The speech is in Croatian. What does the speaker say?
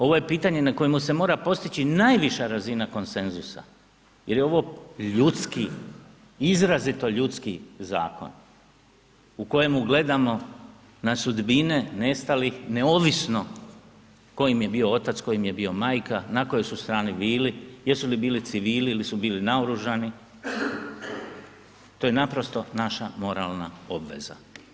Ovo je pitanje na kojemu se mora postići najviša razina konsenzusa jer je ovo ljudski, izrazito ljudski zakon u kojemu gledamo na sudbine nestalih neovisno tko im je bio otac, tko im je bio majka, na kojoj su strani bili, jesu li bili civili ili su bili naoružani, to je naprosto naša moralna obveza.